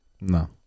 No